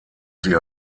sie